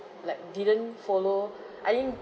like didn't follow I didn't